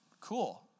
Cool